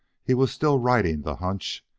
he was still riding the hunch,